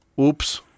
Oops